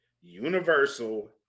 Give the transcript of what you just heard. universal